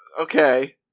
Okay